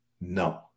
No